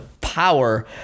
power